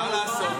מה לעשות?